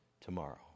tomorrow